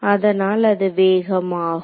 அதனால் அது வேகமாகும்